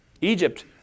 Egypt